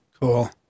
Cool